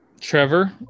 Trevor